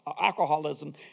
alcoholism